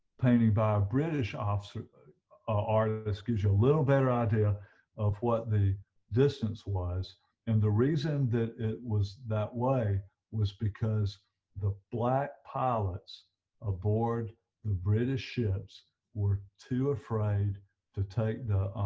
painting by a british officer artist gives you a little better idea of what the distance was and the reason that it was that way was because the black pilots aboard the british ships were too afraid to take the